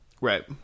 Right